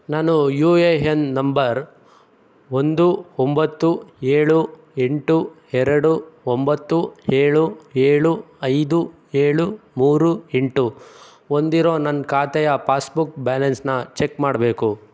ನಾನು U A N number ಒಂದು ಒಂಬತ್ತು ಏಳು ಎಂಟು ಎರಡು ಒಂಬತ್ತು ಏಳು ಏಳು ಐದು ಏಳು ಮೂರು ಎಂಟು ಹೊಂದಿರೋ ನನ್ನ ಖಾತೆಯ ಪಾಸ್ಬುಕ್ ಬ್ಯಾಲೆನ್ಸ್ನ ಚೆಕ್ ಮಾಡಬೇಕು